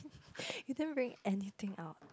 you didn't bring anything out